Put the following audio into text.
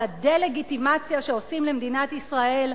על הדה-לגיטימציה שעושים למדינת ישראל,